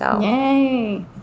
Yay